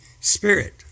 spirit